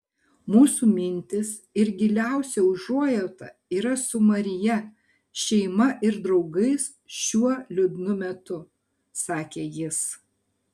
mūsų mintys ir giliausia užuojauta yra su maryje šeima ir draugais šiuo liūdnu metu sakė jis